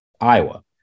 Iowa